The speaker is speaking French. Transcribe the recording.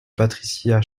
patricia